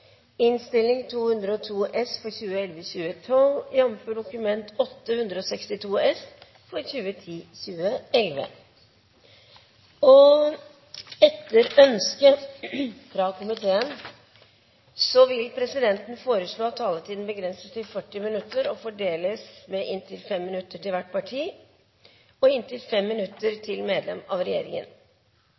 innstilling i saken, og jeg tar herved opp de forslagene som ligger der. Flere har ikke bedt om ordet til sak nr. 11. Etter ønske fra arbeids- og sosialkomiteen vil presidenten foreslå at taletiden begrenses til 40 minutter og fordeles med inntil 5 minutter til hvert parti og inntil 5 minutter til medlem av regjeringen.